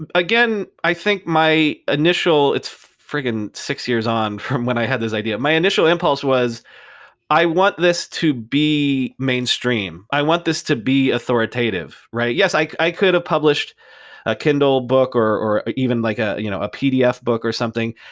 and again, i think my initial it's freaking six years on from when i had this idea. my initial impulse was i want this to be mainstream. i want this to be authoritative, right? yes, i i could have published a kindle book, or or even like ah you know a pdf book or something.